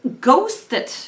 ghosted